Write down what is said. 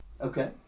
Okay